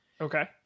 Okay